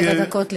שבע דקות לרשותך,